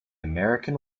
american